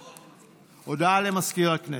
הודעה למזכיר הכנסת.